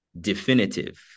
definitive